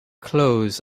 clothes